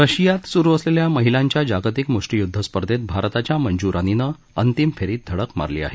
रशियात सुरू असलेल्या महिलांच्या जागतिक मुष्टीयुद्ध स्पर्धेत भारताच्या मंजु रानीनं अंतिम फेरीत धडक मारली आहे